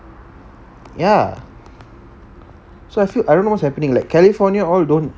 ya so I feel I don't know what's happening like california all don't